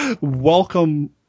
welcome